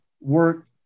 work